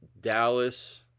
Dallas